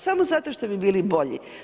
Samo zato što bi bili bolji.